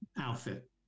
outfit